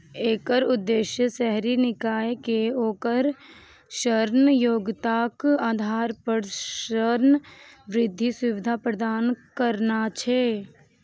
एकर उद्देश्य शहरी निकाय कें ओकर ऋण योग्यताक आधार पर ऋण वृद्धि सुविधा प्रदान करना छै